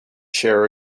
share